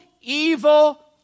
evil